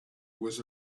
was